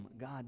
God